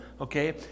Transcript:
okay